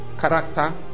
character